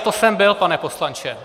To jsem byl, pane poslanče.